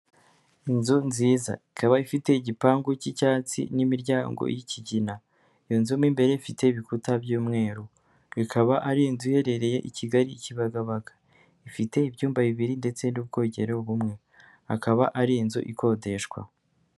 Inzu nziza ikaba ifite igipangu cy'icyatsi n'imiryango y'ikigina, iyo nzu mu imbere ifite ibikuta by'umweru, ikaba ari inzu iherereye i Kigali Kibagabaga, ifite ibyumba bibiri ndetse n'ubwogero bumwe, akaba ari inzu ikodeshwa.